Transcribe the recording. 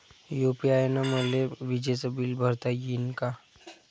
UPI न मले विजेचं बिल भरता यीन का?